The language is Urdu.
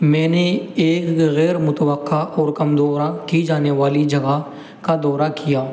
میں نے ایک غیر متوقع اور کم دوراں کی جانے والی جگہ کا دورہ کیا